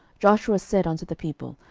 joshua said unto the people,